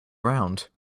around